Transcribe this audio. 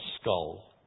skull